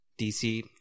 DC